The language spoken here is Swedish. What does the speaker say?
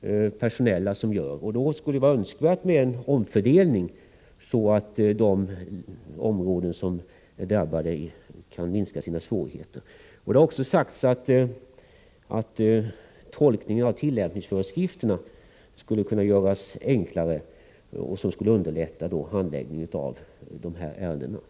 är anledningen till dröjsmålen. Det skulle då vara önskvärt med en omfördelning av personalresurserna, så att de områden som är drabbade kan minska sina svårigheter. Det har också sagts att tolkningen av tillämpningsföreskrifterna skulle kunna göras enklare för att underlätta handläggningen av dessa ärenden.